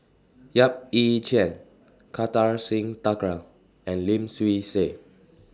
Yap Ee Chian Kartar Singh Thakral and Lim Swee Say